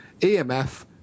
EMF